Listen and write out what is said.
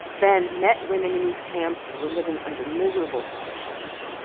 ben met women in these camps who were living under miserable conditions.